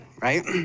right